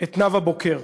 את נאוה בוקר,